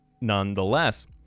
nonetheless